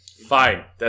Fine